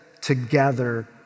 together